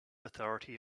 authority